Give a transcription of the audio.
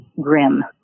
grim